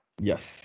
yes